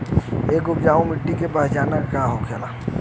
एक उपजाऊ मिट्टी के पहचान का होला?